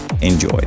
enjoy